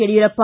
Yediyurappa